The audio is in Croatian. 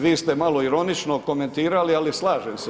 Vi ste malo ironično komentirali, ali slažem se.